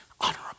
honorable